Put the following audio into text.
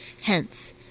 Hence